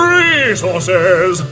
resources